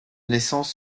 naissance